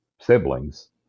siblings